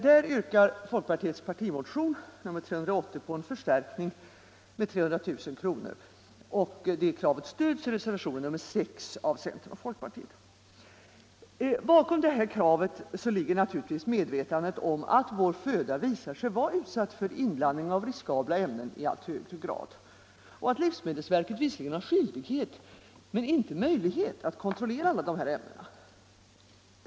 Folkpartiet yrkar i sin partimotion nr 380 på en förstärkning med 300 000 kr., och det kravet stöds i reservationen 6 av utskottets centeroch folkpartiledamöter. Bakom detta krav ligger givetvis medvetandet om att vår föda visar sig vara utsatt för inblandning av riskabla ämnen i allt högre grad och att livsmedelsverket visserligen har skyldighet men inte möjlighet att kontrollera alla dessa ämnen.